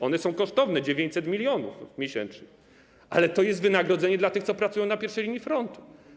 One są kosztowne - 900 mln miesięcznie - ale to jest wynagrodzenie dla tych, którzy pracują na pierwszej linii frontu.